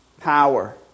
power